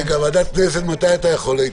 רגע, ועדת הכנסת מתי אתה יכול, איתן?